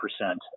percent